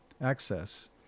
access